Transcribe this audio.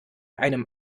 einem